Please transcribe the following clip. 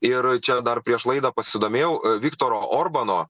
ir čia dar prieš laidą pasidomėjau viktoro orbano